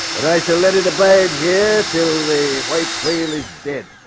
but i shall let it abide here till the white whale is dead?